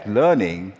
learning